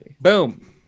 boom